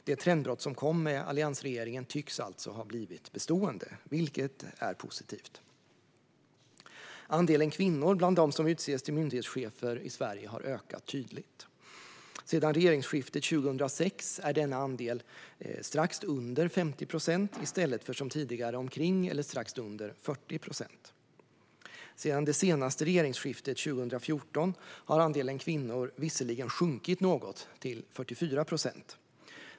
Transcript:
Det trendbrott som kom med alliansregeringen tycks alltså ha blivit bestående, vilket är positivt. Andelen kvinnor bland dem som utses till myndighetschefer i Sverige har ökat tydligt. Sedan regeringsskiftet 2006 är denna andel strax under 50 procent i stället för, som tidigare, omkring eller strax under 40 procent. Sedan det senaste regeringsskiftet 2014 har andelen kvinnor visserligen sjunkit något, till 44 procent.